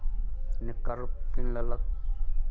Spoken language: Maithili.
निक्कर पिन्ह लेलक